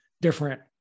different